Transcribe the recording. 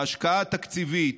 ההשקעה התקציבית,